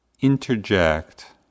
interject